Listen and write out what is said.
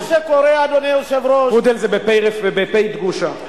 פודל זה בפ"א דגושה.